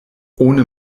ohne